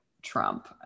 Trump